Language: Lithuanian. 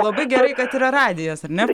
labai gerai kad yra radijas ar ne